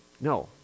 no